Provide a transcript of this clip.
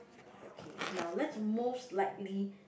okay now let's most likely